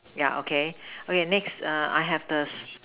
yeah okay okay next err I have the